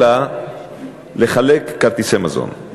אלא לחלק כרטיסי מזון.